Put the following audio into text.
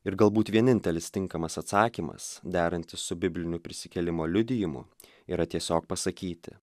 ir galbūt vienintelis tinkamas atsakymas derantis su bibliniu prisikėlimo liudijimu yra tiesiog pasakyti